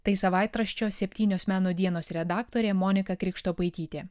tai savaitraščio septynios meno dienos redaktorė monika krikštopaitytė